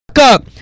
up